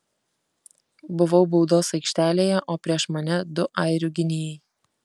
buvau baudos aikštelėje o prieš mane du airių gynėjai